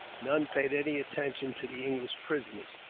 none paid any attention to the english prisoners.